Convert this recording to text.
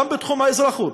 גם בתחום האזרחות,